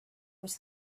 was